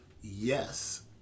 Yes